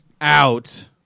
out